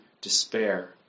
despair